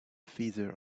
feather